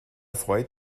freut